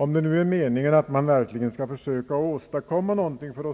Om det nu är meningen att man verkligen skall söka